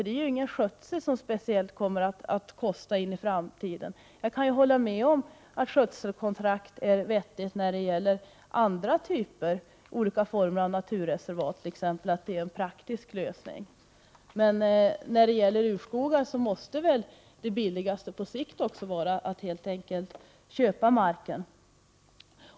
Det är ingen skötsel som kommer att kosta något i framtiden. Jag kan hålla med om att skötselkontrakt är vettigt som en praktisk lösning när det gäller andra former av naturvårdsreservat. Men när det gäller urskogar måste det billigaste på sikt vara att helt enkelt köpa in marken.